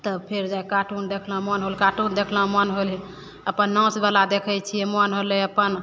तब फेर जाइके कार्टून देखलहुँ मोन होल कार्टून देखलहुँ मोन होल अपन नाचवला देखय छियै मोन होलय अपन